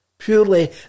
Purely